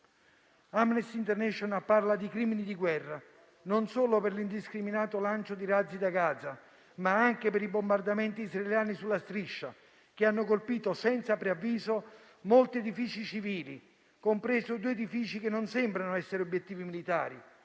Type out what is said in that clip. Amnesty international parla di crimini di guerra, non solo per l'indiscriminato lancio di razzi da Gaza, ma anche per i bombardamenti israeliani sulla striscia che hanno colpito senza preavviso molti edifici civili, compresi due che non sembrano essere obiettivi militari,